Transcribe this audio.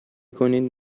کنید